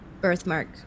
birthmark